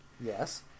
Yes